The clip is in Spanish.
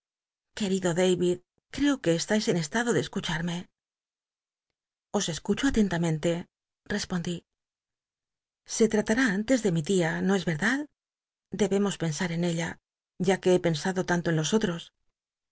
david creo que estais en estado de escucharme os escucho atentamente respondí se ltalar i antes de mi tia no es verdad debemos pensar en ella ya que ha pensado tanto en los